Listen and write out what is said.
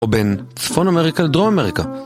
או בין צפון אמריקה לדרום אמריקה.